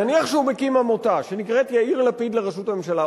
נניח שהוא מקים עמותה שנקראת "יאיר לפיד לראשות הממשלה",